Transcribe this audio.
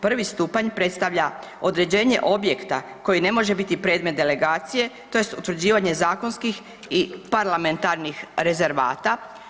Prvi stupanj predstavlja određenje objekta koji ne može biti predmet delegacije tj. utvrđivanje zakonskih i parlamentarnih rezervata.